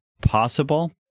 possible